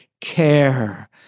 care